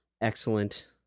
excellent